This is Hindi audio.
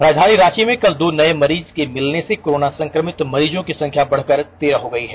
राजधानी रांची में कल दो नए मरीज के मिलने से कोरोना संक्रमित मरीजों की संख्या बढकर तेरह हो गई है